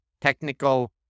technical